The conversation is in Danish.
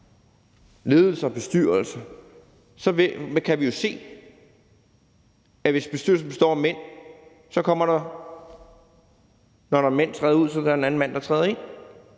ledelser og bestyrelser kan vi jo se, at der, hvis de består af mænd, og der er en mand, der træder ud, så er en anden mand, den træder ind,